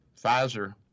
pfizer